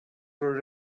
were